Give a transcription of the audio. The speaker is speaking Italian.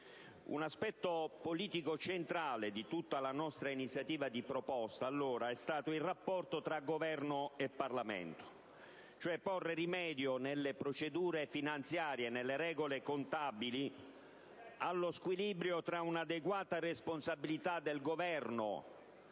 un aspetto politico centrale di tutta la nostra proposta è stato il rapporto tra Governo e Parlamento, ossia porre rimedio nelle procedure finanziarie e nelle regole contabili allo squilibrio tra una adeguata responsabilità del Governo,